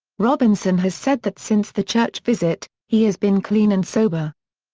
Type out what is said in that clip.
robinson has said that since the church visit, he has been clean and sober.